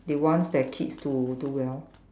they wants their kids to do well